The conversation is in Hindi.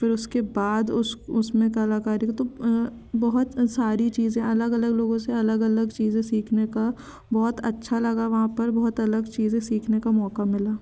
फिर उसके बाद उसमें कलाकारी तो बहुत सारी चीज़ें अलग अलग लोगों से अलग अलग चीज़ें सीखने का बहुत लगा वहाँ पर बहुत अलग चीज़ें सीखने का मौका मिला